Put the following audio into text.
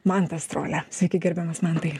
mantas strolia sveiki gerbiamas mantai